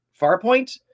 Farpoint